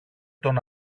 τον